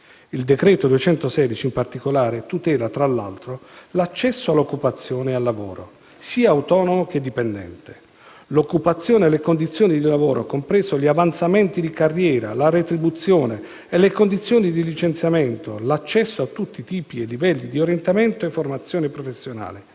n. 216 del 2003, in particolare, tutela tra l'altro l'accesso all'occupazione e al lavoro, sia autonomo che dipendente; l'occupazione e le condizioni di lavoro, compresi gli avanzamenti di carriera, la retribuzione e le condizioni di licenziamento; l'accesso a tutti i tipi e livelli di orientamento e formazione professionale,